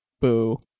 Boo